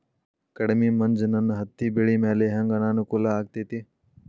ಕಡಮಿ ಮಂಜ್ ನನ್ ಹತ್ತಿಬೆಳಿ ಮ್ಯಾಲೆ ಹೆಂಗ್ ಅನಾನುಕೂಲ ಆಗ್ತೆತಿ?